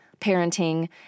parenting